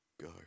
go